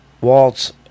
Waltz